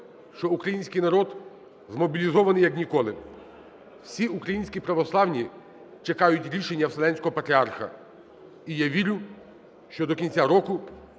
що український народ змобілізований як ніколи, всі українські православні чекають рішення Вселенського патріарха, і я вірю, що до кінця року